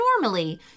normally